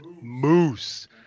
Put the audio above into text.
moose